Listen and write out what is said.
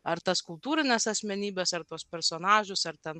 ar tas kultūrines asmenybes ar tuos personažus ar ten